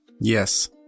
Yes